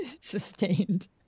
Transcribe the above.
Sustained